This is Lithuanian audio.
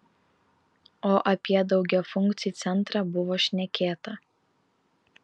o apie daugiafunkcį centrą buvo šnekėta